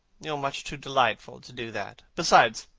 you are much too delightful to do that. besides,